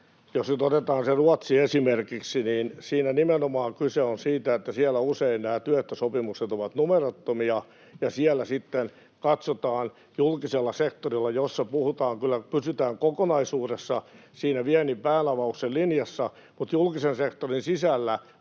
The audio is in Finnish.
Jos nyt otetaan se Ruotsi esimerkiksi, niin siinä nimenomaan kyse on siitä, että siellä työehtosopimukset ovat usein numerottomia ja julkisella sektorilla pysytään kyllä kokonaisuudessaan siinä viennin päänavauksen linjassa mutta sitten julkisen sektorin sisällä